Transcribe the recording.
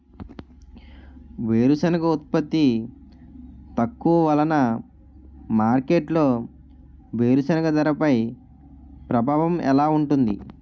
వేరుసెనగ ఉత్పత్తి తక్కువ వలన మార్కెట్లో వేరుసెనగ ధరపై ప్రభావం ఎలా ఉంటుంది?